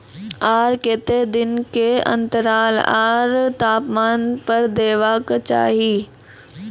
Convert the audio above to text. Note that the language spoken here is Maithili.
आर केते दिन के अन्तराल आर तापमान पर देबाक चाही?